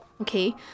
Okay